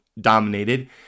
dominated